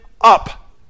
up